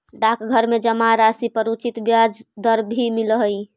डाकघर में जमा राशि पर उचित ब्याज दर भी मिलऽ हइ